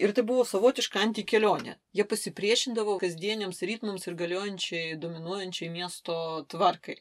ir tai buvo savotiška antikelionė jie pasipriešindavo kasdieniams ritmams ir galiojančiai dominuojančiai miesto tvarkai